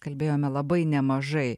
kalbėjome labai nemažai